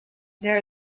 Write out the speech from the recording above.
there